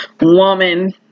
woman